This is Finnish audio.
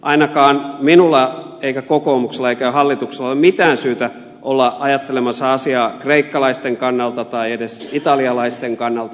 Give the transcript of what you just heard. ainakaan ei minulla eikä kokoomuksella eikä hallituksella ole mitään syytä olla ajattelemassa asiaa kreikkalaisten kannalta tai edes italialaisten kannalta